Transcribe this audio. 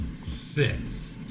Six